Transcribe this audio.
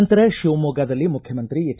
ನಂತರ ಶಿವಮೊಗ್ಗದಲ್ಲಿ ಮುಖ್ಯಮಂತ್ರಿ ಎಚ್